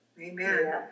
Amen